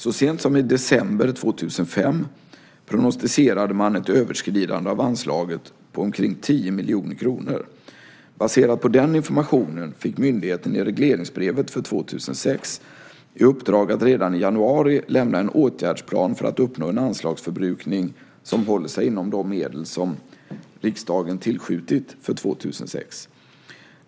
Så sent som i december 2005 prognostiserade man ett överskridande av anslaget med omkring 10 miljoner kronor. Baserat på den informationen fick myndigheten i regleringsbrevet för 2006 i uppdrag att redan i januari lämna en åtgärdsplan för att uppnå en anslagsförbrukning som håller sig inom de medel som riksdagen tillskjutit för 2006.